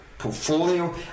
portfolio